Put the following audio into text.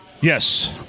Yes